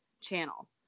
channel